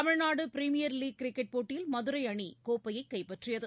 தமிழ்நாடுபிரிமியர் League cricket போட்டியில் மதுரைஅணிகோப்பையைகைப்பற்றியது